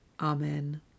Amen